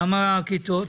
כמה כיתות?